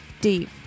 deep